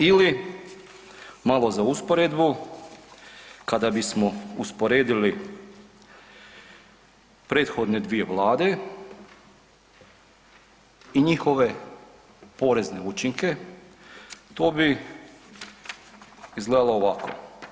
Ili malo za usporedbu kada bismo usporedili prethodne dvije vlade i njihove porezne učinke to bi izgledalo ovako.